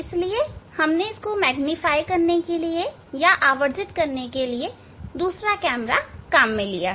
इसलिए हमने इसको मैग्नीफाइ करने के लिए एक दूसरा कैमरा लिया है